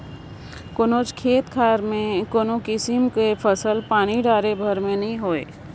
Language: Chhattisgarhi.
कोनोच खेत खाएर में कोनो किसिम कर फसिल पानी डाले भेर में नी होए